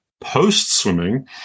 post-swimming